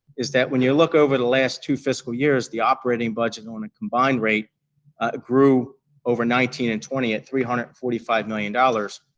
is that when you look over the last two fiscal years, the operating budget on a combined rate grew over nineteen and twenty at three hundred and forty five million dollars,